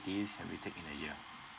days can we take in a year